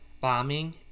bombing